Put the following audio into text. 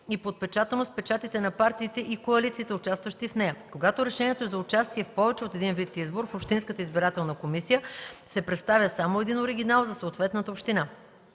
и подпечатано с печатите на партиите и коалициите, участващи в нея; когато решението е за участие в повече от един вид избор в общинската избирателна комисия, се представя само един оригинал за съответната община;